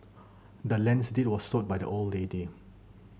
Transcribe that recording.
the land's deed was sold by the old lady